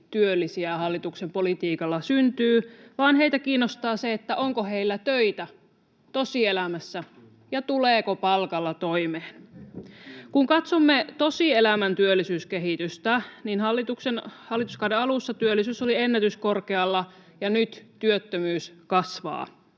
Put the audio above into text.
paperityöllisiä hallituksen politiikalla syntyy, vaan heitä kiinnostaa se, onko heillä töitä tosielämässä ja tuleeko palkalla toimeen. [Jani Mäkelä: Eikö se ole just teidän politiikkaa?] Kun katsomme tosielämän työllisyyskehitystä, niin hallituskauden alussa työllisyys oli ennätyskorkealla ja nyt työttömyys kasvaa.